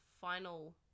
final